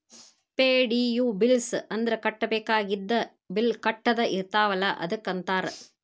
ಪೆ.ಡಿ.ಯು bills ಅಂದ್ರ ಕಟ್ಟಬೇಕಾಗಿದ್ದ bill ಕಟ್ಟದ ಇರ್ತಾವಲ ಅದಕ್ಕ ಅಂತಾರ